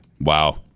Wow